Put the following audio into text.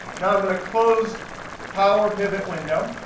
now i'm going to close power pivot window.